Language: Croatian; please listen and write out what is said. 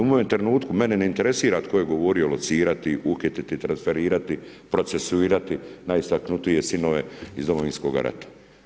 U ovome trenutku mene ne interesira tko je govorio „locirati, uhititi, transferirati, procesuirati“, najistaknutije sinove iz Domovinskog rata.